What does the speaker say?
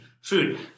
food